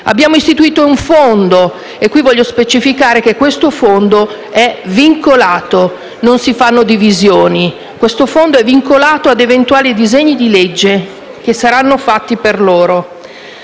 Abbiamo istituito un fondo che - lo voglio specificare - è vincolato, non si fanno divisioni: il fondo è vincolato a eventuali disegni di legge che saranno fatti per loro.